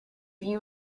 you